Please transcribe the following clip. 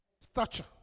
Stature